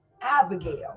Abigail